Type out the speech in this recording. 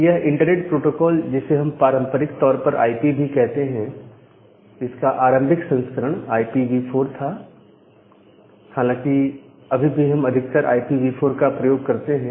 यह internet protocol जिसे हम पारंपरिक तौर पर आईपी भी कहते हैं इसका आरंभिक संस्करण आई पी 4 था हालांकि अभी भी हम अधिकतर IPv4 का प्रयोग करते हैं